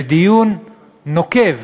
בדיון נוקב